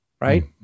right